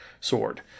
Sword